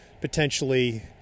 potentially